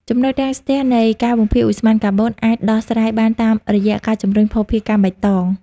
ចំណុចរាំងស្ទះនៃ "ការបំភាយឧស្ម័នកាបូន" អាចដោះស្រាយបានតាមរយៈការជម្រុញ "ភស្តុភារកម្មបៃតង"។